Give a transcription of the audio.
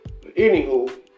Anywho